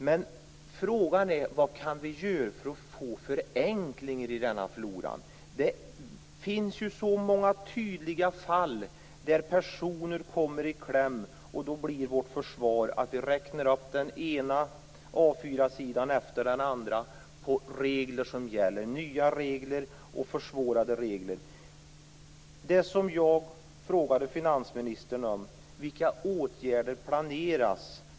Men frågan är vad vi kan göra för att få förenklingar i denna flora. Det finns så många tydliga fall där personer kommer i kläm. Då blir vårt försvar att vi räknar upp den ena A 4-sidan efter den andra om regler som gäller, nya regler och försvårande regler. Jag frågade finansministern om vilka åtgärder som planeras.